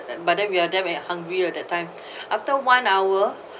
but then we are damn hungry ah that time after one hour